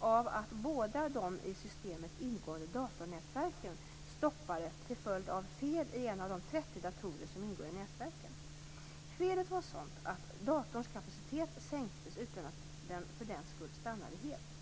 av att båda de i systemet ingående datornätverken stoppade till följd av fel i en av de 30 datorer som ingår i nätverken. Felet var sådant att datorns kapacitet sänktes utan att datorn för den skull stannade helt.